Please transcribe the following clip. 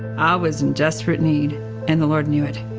i was in desperate need and the lord knew it.